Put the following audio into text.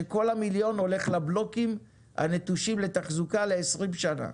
שכל המיליון הולך לבלוקים הנטושים לתחזוקה ל-20 שנה.